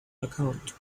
account